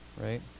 Right